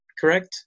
correct